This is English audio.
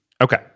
Okay